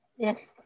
Yes